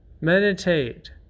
Meditate